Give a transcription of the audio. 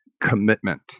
commitment